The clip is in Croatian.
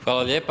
Hvala lijepa.